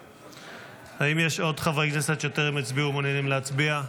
נגד האם יש עוד חברי כנסת שטרם הצביעו ומעוניינים להצביע?